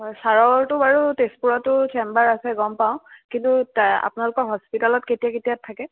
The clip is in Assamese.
হয় চাৰৰতো বাৰু তেজপুৰতো চেম্বাৰ আছে গম পাওঁ কিন্তু আপোনালোকৰ হস্পিতালত কেতিয়া কেতিয়া থাকে